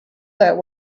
that